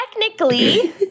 technically